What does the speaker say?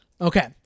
Okay